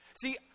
See